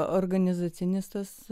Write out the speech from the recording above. organizacinis tas